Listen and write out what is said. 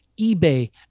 eBay